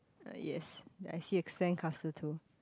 uh yes I see a sandcastle too